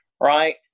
Right